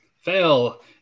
fail